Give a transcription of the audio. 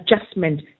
adjustment